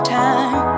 time